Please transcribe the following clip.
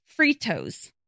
Fritos